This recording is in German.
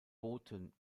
booten